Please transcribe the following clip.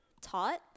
taught